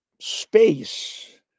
space